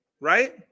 right